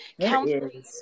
counseling